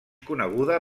coneguda